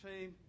team